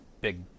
Big